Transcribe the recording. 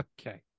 Okay